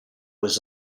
was